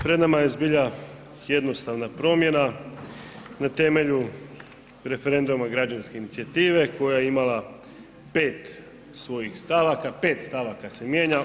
Pred nama je zbilja jednostavna promjena na temelju referenduma građanske inicijative koja je imala pet svojih stavaka, pet stavaka se mijenja.